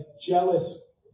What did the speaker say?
jealous